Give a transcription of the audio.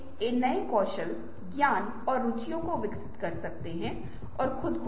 मैं इसे कैसे उपयोग कर सकता हूं